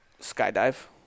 Skydive